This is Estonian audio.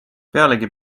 pealegi